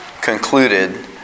concluded